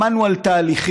שמענו על תהליכים,